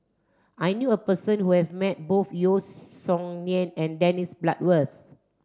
I knew a person who has met both Yeo Song Nian and Dennis Bloodworth